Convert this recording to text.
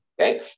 Okay